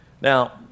Now